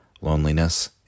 loneliness